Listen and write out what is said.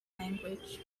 language